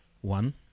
one